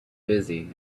busy